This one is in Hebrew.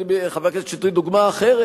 חבר הכנסת שטרית, אני אתן דוגמה אחרת.